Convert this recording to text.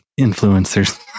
influencers